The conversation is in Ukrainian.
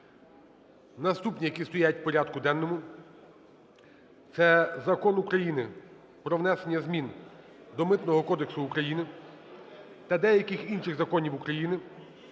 Наступні, які стоять в порядку денному: це Закон України "Про внесення змін до Митного кодексу України та деяких інших законів України